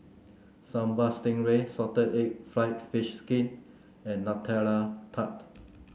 Sambal Stingray Salted Egg fried fish skin and Nutella Tart